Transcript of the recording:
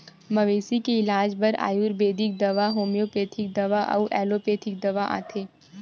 मवेशी के इलाज बर आयुरबेदिक दवा, होम्योपैथिक दवा अउ एलोपैथिक दवा आथे